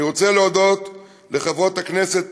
אני רוצה להודות לחברות הכנסת